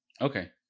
Okay